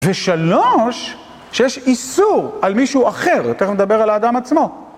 ושלוש, שיש איסור על מישהו אחר, יותר מדבר על האדם עצמו.